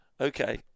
Okay